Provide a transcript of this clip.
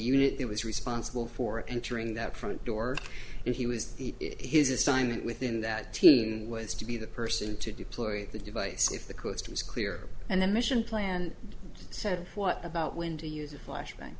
unit was responsible for entering that front door and he was his assignment within that teen was to be the person to deploy the device if the coast was clear and the mission plan said what about when to use a flash